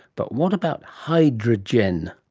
but what about hydregen?